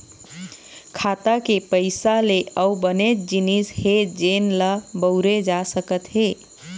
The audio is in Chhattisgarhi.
खाता के पइसा ले अउ बनेच जिनिस हे जेन ल बउरे जा सकत हे